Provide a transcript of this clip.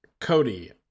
Cody